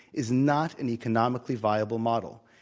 is not an economically viable model.